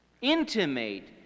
intimate